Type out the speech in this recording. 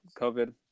COVID